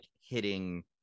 hitting